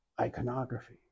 iconography